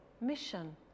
mission